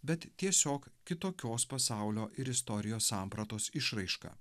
bet tiesiog kitokios pasaulio ir istorijos sampratos išraiška